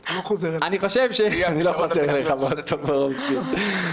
אני מוכן להתחרות איתך בנושא הזה.